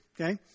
Okay